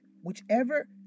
Whichever